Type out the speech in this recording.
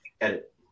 Edit